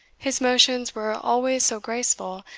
his motions were always so graceful,